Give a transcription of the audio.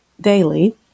daily